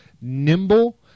nimble